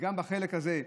וגם בחלק הזה,